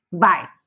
Bye